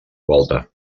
volta